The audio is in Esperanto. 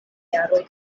jaroj